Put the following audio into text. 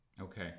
Okay